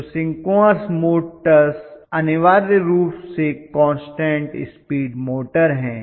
तो synchronous motors अनिवार्य रूप से कान्स्टन्ट स्पीड मोटर हैं